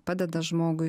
padeda žmogui